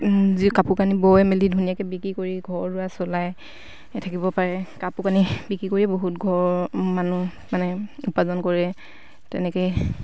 যি কাপোৰ কানি বৈ মেলি ধুনীয়াকে বিক্ৰী কৰি ঘৰ দুৱাৰ চলাই থাকিব পাৰে কাপোৰ কানি বিক্ৰী কৰিয়ে বহুত ঘৰৰ মানুহ মানে উপাৰ্জন কৰে তেনেকে